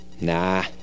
Nah